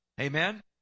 Amen